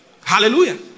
Hallelujah